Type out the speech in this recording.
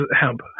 hemp